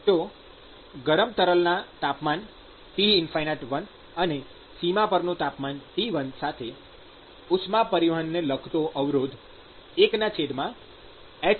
તો ગરમ તરલના તાપમાન T∞1 અને સીમા પરનું તાપમાન T1 સાથે ઉષ્મા પરિવહનને લાગતો અવરોધ 1h1A થાય